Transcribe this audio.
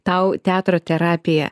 tau teatro terapija